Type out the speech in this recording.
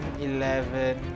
eleven